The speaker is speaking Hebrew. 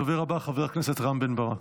הדובר הבא, חבר הכנסת רם בן ברק.